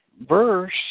verse